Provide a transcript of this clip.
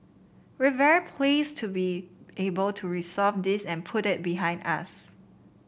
we very pleased to be able to resolve this and put it behind us